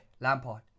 Lampard